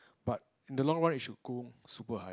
but in the long run it should go super high